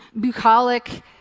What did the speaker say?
bucolic